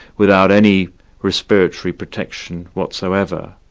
without any respiratory protection whatsoever,